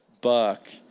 buck